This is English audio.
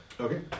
Okay